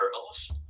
girls